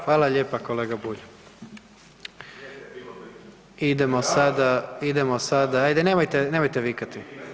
Hvala lijepa kolega Bulj. … [[Upadica Bulj, ne čuje se.]] Idemo sada, hajde nemojte vikati.